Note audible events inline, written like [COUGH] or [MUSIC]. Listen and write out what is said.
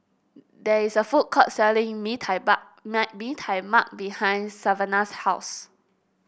there is a food court selling mee tai [UNINTELLIGIBLE] Mee Tai Mak behind Savanah's house